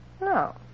No